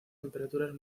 temperaturas